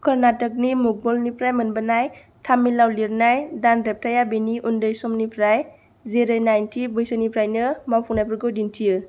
करनाटकनि मुक'बलनिफ्राय मोनबोनाय तामिलाव लिरनाय दानरेबथाया बेनि उनदै समनिफ्राय जेरै नाइन'थि बैसोनिफ्रायनो मावफुंनायफोरखौ दिनथियो